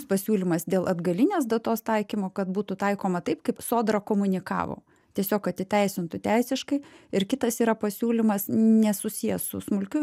pasiūlymas dėl atgalinės datos taikymo kad būtų taikoma taip kaip sodra komunikavo tiesiog kad įteisintų teisiškai ir kitas yra pasiūlymas nesusijęs su smulkiu